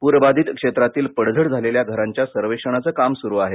पूरबाधित क्षेत्रातील पडझड झालेल्या घरांच्या सर्वेक्षणाचं काम सुरू आहे